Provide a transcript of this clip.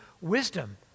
wisdom